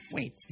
Wait